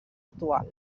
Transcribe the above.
actual